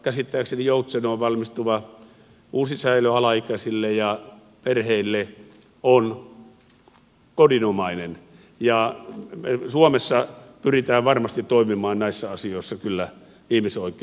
käsittääkseni joutsenoon valmistuva uusi säilö alaikäisille ja perheille on kodinomainen ja suomessa pyritään varmasti toimimaan näissä asioissa kyllä ihmisoikeuksien mukaisesti